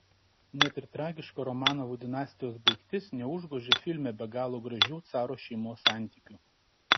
net ir tragiška romanovų dinastijos baigtis neužgožia filme be galo gražių caro šeimos santykių